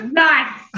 nice